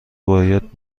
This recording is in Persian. باید